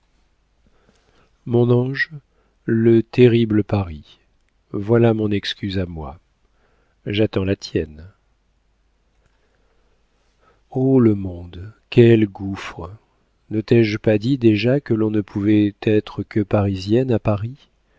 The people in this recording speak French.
mon ange le terrible paris voilà mon excuse à moi j'attends la tienne oh le monde quel gouffre ne t'ai-je pas dit déjà que l'on ne pouvait être que parisienne à paris